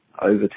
over